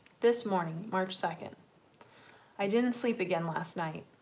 this morning march second i didn't sleep again last night.